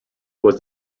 was